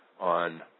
on